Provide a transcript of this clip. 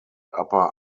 upper